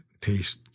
taste